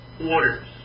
orders